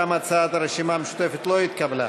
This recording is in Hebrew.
גם הצעת הרשימה המשותפת לא התקבלה.